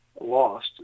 lost